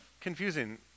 confusing